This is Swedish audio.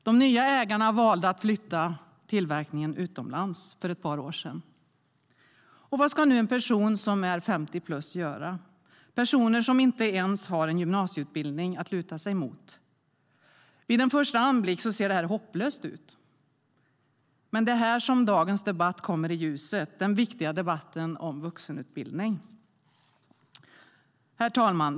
De nya ägarna valde för ett par år sedan att flytta tillverkningen utomlands. Herr talman!